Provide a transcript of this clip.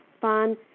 fun